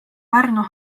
pärnu